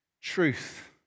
truth